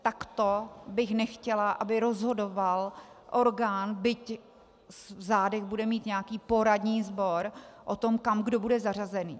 Takto bych nechtěla, aby rozhodoval orgán, byť v zádech bude mít nějaký poradní sbor, o tom, kam kdo bude zařazený.